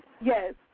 Yes